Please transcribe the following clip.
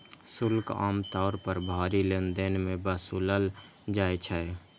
शुल्क आम तौर पर भारी लेनदेन मे वसूलल जाइ छै